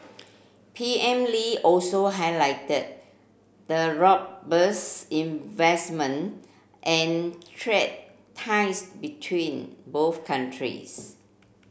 P M Lee also highlighted the robust investment and trade ties between both countries